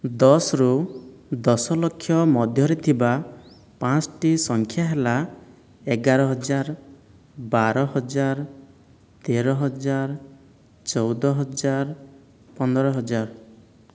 ଦଶରୁ ଦଶ ଲକ୍ଷ ମଧ୍ୟରେ ଥିବା ପାଞ୍ଚଟି ସଂଖ୍ୟା ହେଲା ଏଗାର ହଜାର ବାର ହଜାର ତେର ହଜାର ଚଉଦ ହଜାର ପନ୍ଦର ହଜାର